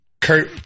Kurt